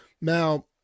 Now